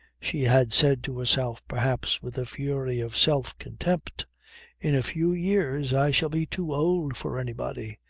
she had said to herself, perhaps with a fury of self-contempt in a few years i shall be too old for anybody.